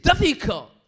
difficult